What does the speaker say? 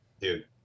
Dude